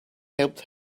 helped